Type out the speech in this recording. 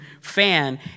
fan